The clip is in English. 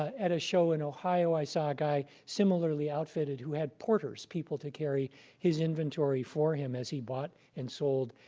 at a show in ohio, i saw a guy similarly outfitted who had porters, people to carry his inventory for him as he bought and sold.